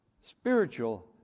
Spiritual